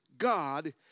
God